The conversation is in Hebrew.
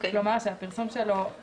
כלומר הפרסום שלו הוא